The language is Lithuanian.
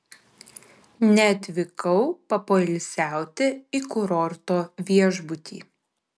neatvykau papoilsiauti į kurorto viešbutį